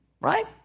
right